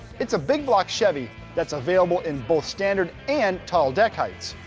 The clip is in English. it's a big block chevy that's available in both standard and tall deck heights.